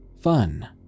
fun